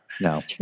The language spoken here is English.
No